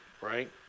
right